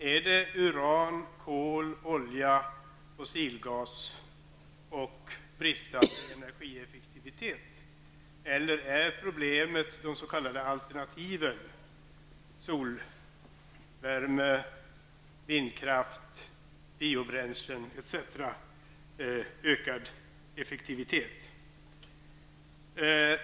Är det användningen av uran, kol, olja, fossilgas och bristande energieffektivitet, eller är det användningen av de s.k. alternativen, dvs. solvärme, vindkraft, biobränslen och ökad effektivitet.